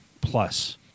plus